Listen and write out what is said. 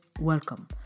welcome